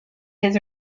his